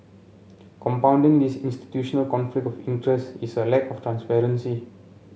compounding this institutional conflict of interest is a lack of transparency